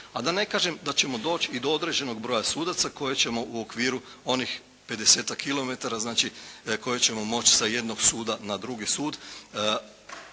A da ne kažem da ćemo doći i do određenog broja sudaca koje ćemo u okviru onih pedesetak kilometara znači koje ćemo moći sa jednog suda na drugi sud